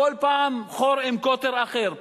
כל פעם חור עם קוטר אחר,